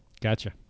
Gotcha